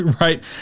right